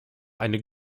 eine